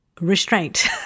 restraint